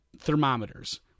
thermometers